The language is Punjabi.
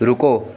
ਰੁਕੋ